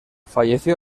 falleció